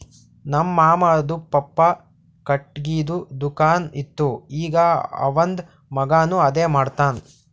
ನಮ್ ಮಾಮಾದು ಪಪ್ಪಾ ಖಟ್ಗಿದು ದುಕಾನ್ ಇತ್ತು ಈಗ್ ಅವಂದ್ ಮಗಾನು ಅದೇ ಮಾಡ್ತಾನ್